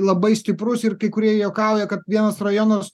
labai stiprus ir kai kurie juokauja kad vienas rajonas